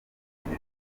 gihe